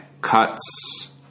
cuts